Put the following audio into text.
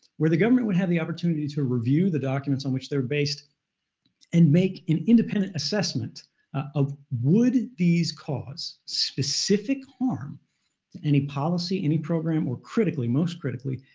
where the government would have the opportunity to review the documents on which they were based and make an independent assessment of would these cause specific harm to any policy, any program, or critically, most critically,